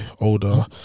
older